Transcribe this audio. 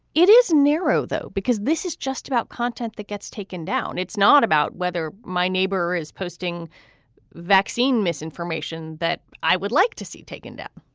it is narrow, though, because this is just about content that gets taken down. it's not about whether my neighbor is posting vaccine misinformation that i would like to see taken down.